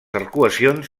arcuacions